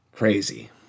crazy